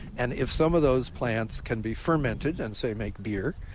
and if some of those plants can be fermented and say make beer,